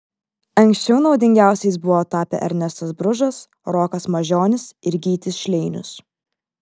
anksčiau naudingiausiais buvo tapę ernestas bružas rokas mažionis ir gytis šleinius